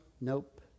Nope